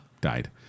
died